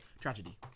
tragedy